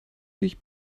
sich